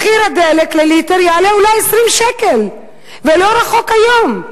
מחיר הדלק לליטר יעלה אולי 20 שקל, ולא רחוק היום.